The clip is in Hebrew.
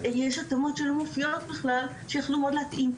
יש התאמות שלא מופיעות בכלל שיכלו מאוד להתאים,